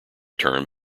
term